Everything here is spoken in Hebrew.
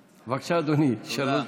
בבקשה, אדוני, שלוש